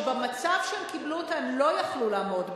שבמצב שהם קיבלו אותה הם לא היו יכולים לעמוד בה,